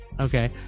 Okay